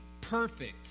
perfect